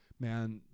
Man